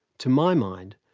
to my mind,